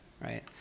Right